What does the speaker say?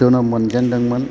जोनोम मोनजेनदोंमोन